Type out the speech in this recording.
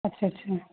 ਅੱਛਾ ਅੱਛਾ